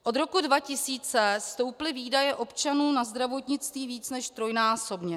Od roku 2000 stouply výdaje občanů na zdravotnictví více než trojnásobně.